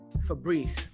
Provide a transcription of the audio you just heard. Fabrice